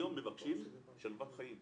היום מבקשים שלוות חיים.